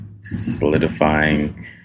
solidifying